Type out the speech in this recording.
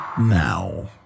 now